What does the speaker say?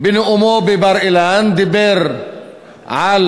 בנאומו בבר-אילן, דיבר על